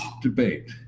debate